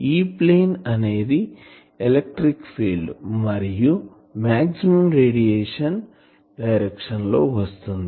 E plane అనేది electric field మరియు maximum radiation direction లో వస్తుంది